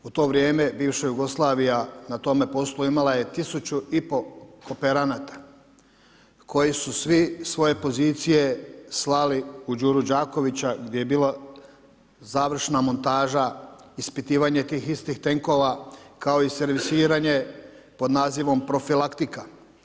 U to vrijeme, bivša Jugoslavija na tome poslu imala je 1500 kooperanata koji su svi svoje pozicije slali u Đuru Đakovića gdje je bila završna montaža, ispitivanje tih istih tenkova kao i servisiranje pod nazivom „profilaktika“